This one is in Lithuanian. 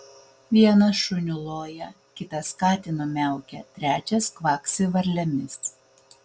vienas šuniu loja kitas katinu miaukia trečias kvaksi varlėmis